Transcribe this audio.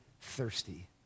thirsty